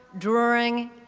during,